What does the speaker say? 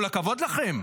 כל הכבוד לכם.